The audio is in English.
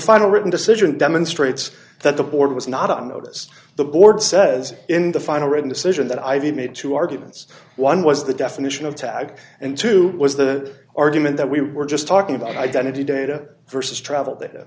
final written decision demonstrates that the board was not on notice the board says in the final written decision that i've made two arguments one was the definition of tag and two was the argument that we were just talking about identity data vs travel